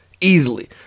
Easily